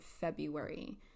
February